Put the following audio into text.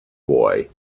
boy